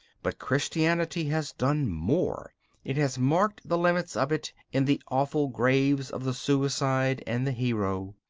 but christianity has done more it has marked the limits of it in the awful graves of the suicide and the hero,